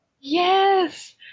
Yes